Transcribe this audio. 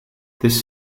this